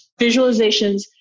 visualizations